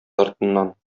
артыннан